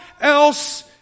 else